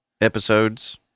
episodes